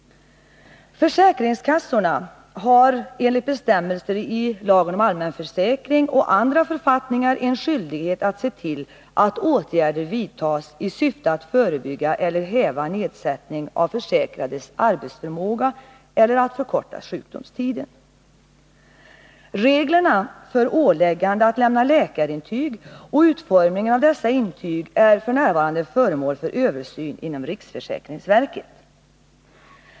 Försäkringskassorna har enligt bestämmelserna i lagen om allmän försäkring och andra författningar en skyldighet att se till att åtgärder vidtas i syfte att förebygga eller häva nedsättning av försäkrades arbetsförmåga eller förkorta sjukdomstiden. Reglerna för åläggande att lämna läkarintyg och utformningen av dessa intyg är f. n. föremål för översyn inom riksförsäkringsverket.